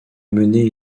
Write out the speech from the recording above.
mené